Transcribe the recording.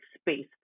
space